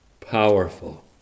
powerful